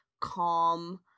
calm